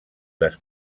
les